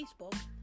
Facebook